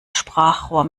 sprachrohr